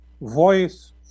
Voice